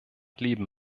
leben